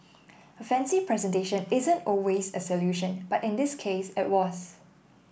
a fancy presentation isn't always a solution but in this case it was